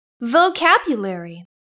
Vocabulary